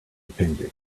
appendix